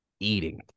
eating